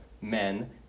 men